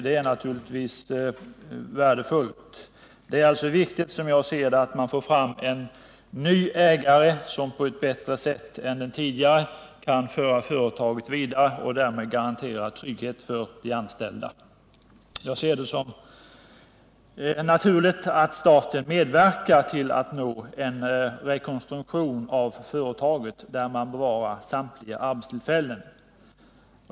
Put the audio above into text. Det är naturligtvis värdefullt. Det är, som jag ser det, viktigt att man får fram en ny ägare som på ett bättre sätt än den tidigare kan föra företaget vidare och därmed garantera trygghet för de anställda. Jag ser det som naturligt att staten medverkar till att nå en rekonstruktion av företaget där man bevarar samtliga arbetstillfällen.